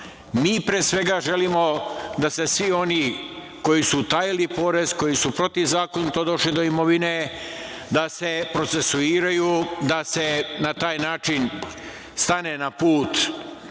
pre svega, želimo da se svi oni koji su utajili porez, koji su protivzakonito došli do imovine, procesuiraju, da se na taj način stane na put